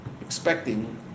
expecting